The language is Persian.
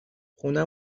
خونه